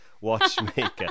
watchmaker